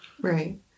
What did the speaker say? Right